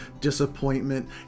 disappointment